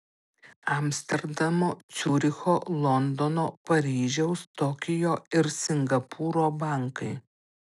amsterdamo ciuricho londono paryžiaus tokijo ir singapūro bankai